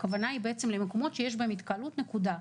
הכוונה היא למקומות שיש בהם התקהלות, נקודה.